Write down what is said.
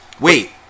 Wait